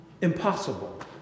Impossible